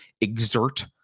exert